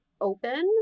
open